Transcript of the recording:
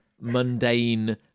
mundane